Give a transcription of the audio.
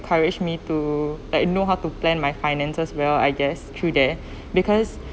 encourage me to like you know how to plan my finances well I guess through there because